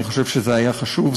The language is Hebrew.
אני חושב שזה היה חשוב.